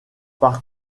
par